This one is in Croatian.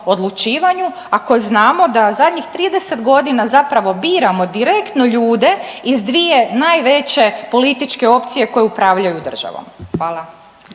odlučivanju ako znamo da zadnjih 30 godina zapravo biramo direktno ljude iz dvije najveće političke opcije koje upravljaju državom? Hvala.